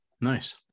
nice